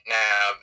now